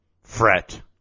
fret